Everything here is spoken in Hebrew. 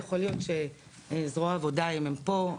יכול להיות שזרוע העבודה אם הם פה,